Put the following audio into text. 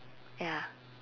ya